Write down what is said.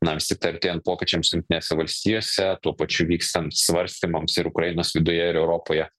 na vis tiktai artėjant pokyčiams jungtinėse valstijose tuo pačiu vykstant svarstymams ir ukrainos viduje ir europoje